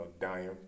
dying